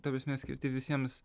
ta prasme skirti visiems